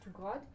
God